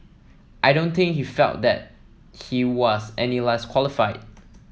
I don't think he felt that he was any less qualified